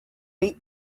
eat